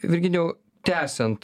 virginijau tęsiant